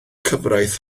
cyfraith